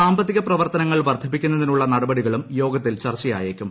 സാമ്പത്തിക പ്രവർത്തനങ്ങൾ വർദ്ധിപ്പിക്കുന്നതിനുള്ള നടപടികളും യോഗത്തിൽ ചർച്ചയായേക്കും